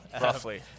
Roughly